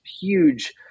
huge